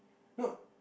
not